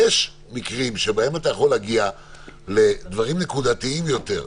יש מקרים שבהם אתה יכול להגיע לדברים נקודתיים יותר.